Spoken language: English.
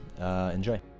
enjoy